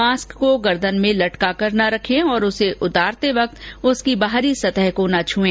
mask को गर्दन में लटकाकर न रखें और उसे उतारते उसकी बाहरी सतह को न छए